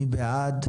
מי בעד?